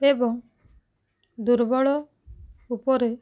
ଏବଂ ଦୁର୍ବଳ ଉପରେ